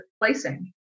placing